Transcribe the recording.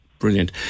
Brilliant